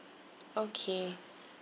okay